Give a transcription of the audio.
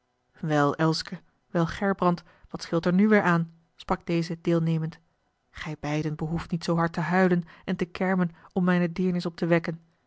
wel elske wel gerbrand wat scheelt er nu weêr aan sprak deze deelnemend gij beiden behoeft niet zoo hard te huilen en te kermen om mijne deernis op te wekken